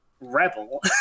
rebel